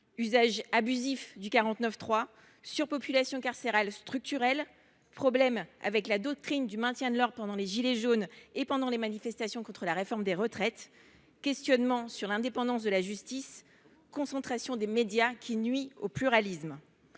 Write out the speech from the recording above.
usage abusif du 49.3, surpopulation carcérale structurelle, problème avec la doctrine du maintien de l’ordre durant la crise des « gilets jaunes » et pendant les manifestations contre la réforme des retraites, questionnements sur l’indépendance de la justice, concentration des médias qui nuit au pluralisme…